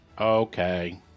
Okay